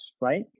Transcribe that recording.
right